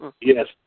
Yes